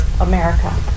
america